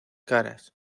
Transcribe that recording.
caras